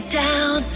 down